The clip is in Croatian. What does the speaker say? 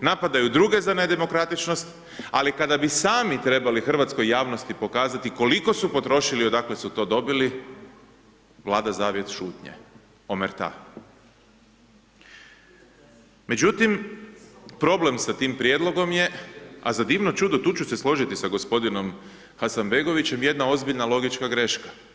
napadaju druge za nedemokratičnost ali kada bi sami trebali hrvatskoj javnosti pokazati koliko su potrošili i odakle su to dobili, vlada zavjet šutnje, … Međutim, problem sa tim prijedlogom je, a za divno čudo tu ću se složiti i sa g. Hasanbegovićem, jedna ozbiljna logička greška.